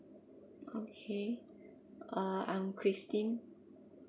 okay uh I'm christine